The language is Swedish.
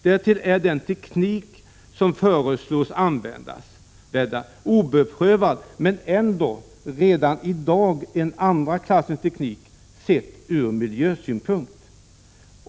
Därtill är den teknik som skall användas oprövad men ändå redan i dag en andra klassens teknik, sett från miljösynpunkt.